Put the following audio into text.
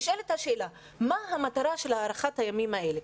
נשאלת השאלה, מה המטרה של הארכת הימים האלה?